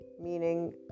meaning